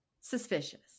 suspicious